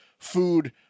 Food